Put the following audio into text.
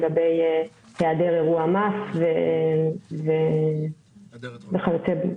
לגבי היעדר אירוע מס וכיוצא בזה.